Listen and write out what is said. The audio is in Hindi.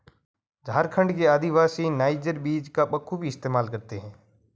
झारखंड के आदिवासी नाइजर बीज का बखूबी इस्तेमाल करते हैं